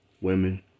Women